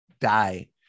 die